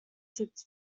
tipped